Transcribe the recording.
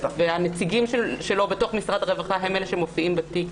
והנציגים שלו בתוך משרד הרווחה הם אלה שמופיעים בתיק.